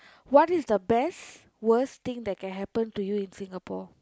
what is the best worst thing that can happen to you in Singapore